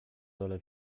dole